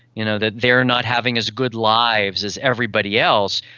you know that they are not having as good lives as everybody else.